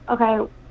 okay